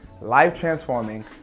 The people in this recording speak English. life-transforming